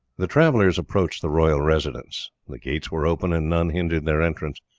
the travellers approached the royal residence. the gates were open, and none hindered their entrance,